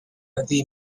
erdi